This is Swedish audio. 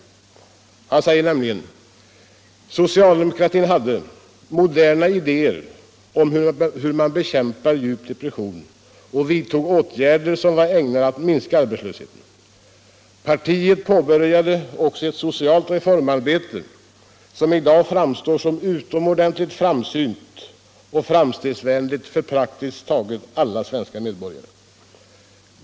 Han fortsätter: ”Socialdemokratin hade moderna idéer om hur man bekämpar djup depression och vidtog åtgärder som var ägnade att minska arbetslösheten. Partiet påbörjade också ett socialt reformarbete som i dag framstår som utomordentligt framsynt och framstegsvänligt för praktiskt taget alla svenska medborgare.